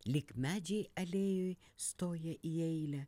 lyg medžiai alėjoj stoja į eilę